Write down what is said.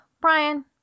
Brian